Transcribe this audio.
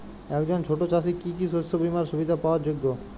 একজন ছোট চাষি কি কি শস্য বিমার সুবিধা পাওয়ার যোগ্য?